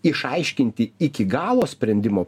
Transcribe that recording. išaiškinti iki galo sprendimo